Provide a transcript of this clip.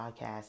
podcast